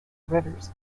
rivers